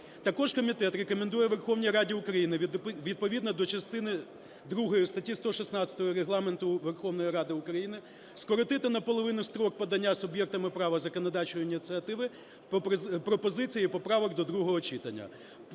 Також комітет рекомендує Верховній Раді України відповідно до частини другої статті 115 Регламенту Верховної Ради України скоротити наполовину строк подання суб'єктами права законодавчої ініціативи пропозицій і поправок до другого читання.